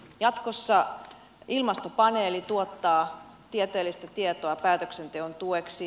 jatkossa ilmastopaneeli tuottaa tieteellistä tietoa päätöksenteon tueksi